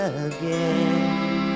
again